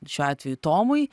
šiuo atveju tomui